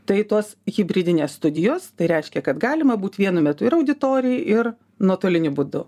tai tos hibridinės studijos tai reiškia kad galima būt vienu metu ir auditorijoj ir nuotoliniu būdu